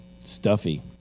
stuffy